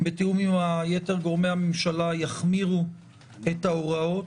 בתיאום עם יתר גורמי הממשלה, יחמירו את ההוראות.